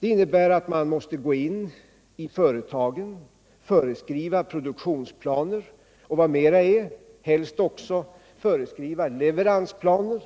Det innebär att man måste gå in i företagen, föreskriva produktionsplaner och — vad mera är — helst också föreskriva leveransplaner.